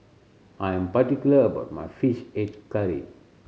I am particular about my Fish Head Curry